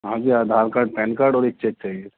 ہاں جی Aadhaar card PAN card اور ایک چیک چاہیے